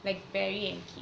like